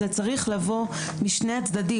זה צריך לבוא משני הצדדים,